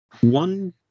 one